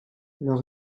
leur